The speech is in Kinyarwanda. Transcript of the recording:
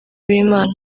w’imana